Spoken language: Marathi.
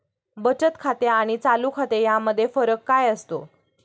बचत खाते आणि चालू खाते यामध्ये फरक काय असतो?